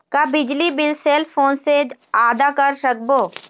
का बिजली bill cell phone से आदा कर सकबो?